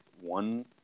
one